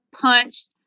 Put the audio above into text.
punched